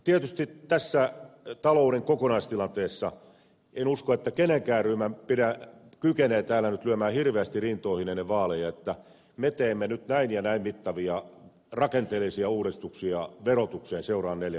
tietysti tässä talouden kokonaistilanteessa en usko että mikään ryhmä kykenee täällä nyt lyömään hirveästi rintoihin ennen vaaleja että me teemme nyt näin ja näin mittavia rakenteellisia uudistuksia verotukseen seuraavan neljän vuoden aikana